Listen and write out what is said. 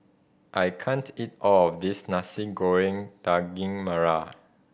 I can't eat all of this Nasi Goreng Daging Merah